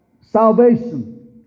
salvation